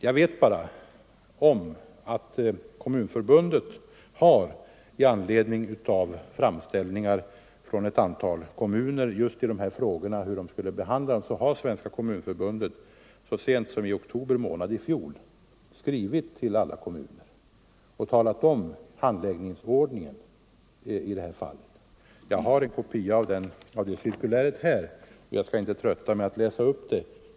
Jag vet bara att Svenska kommunförbundet har, i anledning av framställningar från ett antal kommuner som undrat hur de skall behandla dessa frågor, så sent som i oktober månad i fjol skrivit till alla kommuner och talat om handläggningsordningen i det här fallet. Jag har en kopia av cirkuläret här men jag skall inte trötta er med att läsa upp det.